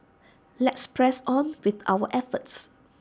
let's press on with our efforts